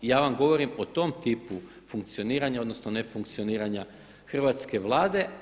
Ja vam govorim o tom tipu funkcioniranja odnosno nefunkcioniranja hrvatske Vlade.